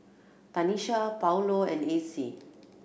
Tanisha Paulo and Acy